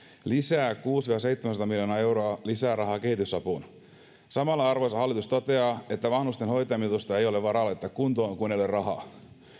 lisää kuusisataa viiva seitsemänsataa miljoonaa euroa rahaa kehitysapuun samalla arvoisa hallitus toteaa että vanhusten hoitajamitoitusta ei ole varaa laittaa kuntoon kun ei ole rahaa